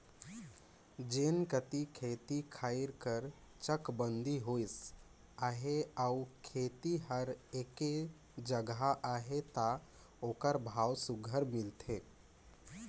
जेन कती खेत खाएर कर चकबंदी होइस अहे अउ खेत हर एके जगहा अहे ता ओकर भाव सुग्घर मिलथे